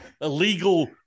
illegal